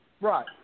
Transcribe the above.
right